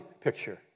picture